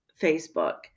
Facebook